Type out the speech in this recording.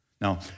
Now